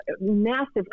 massive